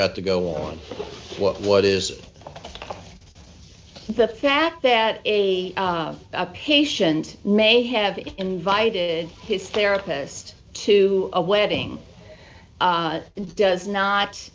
got to go on what what is the fact that a patient may have invited his therapist to a wedding does not